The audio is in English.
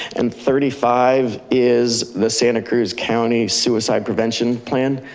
and thirty five is the santa cruz county suicide prevention plan.